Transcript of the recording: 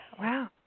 Wow